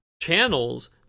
channels